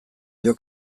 dio